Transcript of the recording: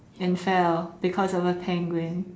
and fell because of a penguin